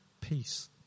peace